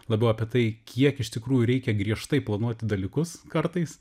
labiau apie tai kiek iš tikrųjų reikia griežtai planuoti dalykus kartais